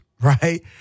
right